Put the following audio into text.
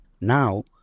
Now